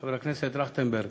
חבר הכנסת טרכטנברג.